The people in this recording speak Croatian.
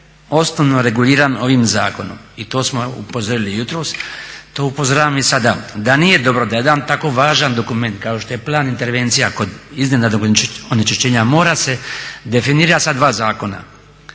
osnovno reguliran ovim zakonom i to smo upozorili jutros, to upozoravam i sada, da nije dobro da jedan tako važan dokument kao što je Plan intervencija kod iznenadnog onečišćenja mora se definira sa dva zakona